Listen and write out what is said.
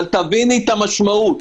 אבל תביני את המשמעות.